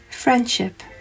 Friendship